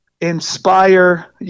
inspire